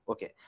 Okay